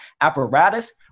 apparatus